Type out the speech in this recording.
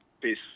Peace